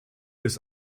des